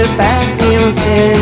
patience